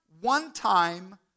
one-time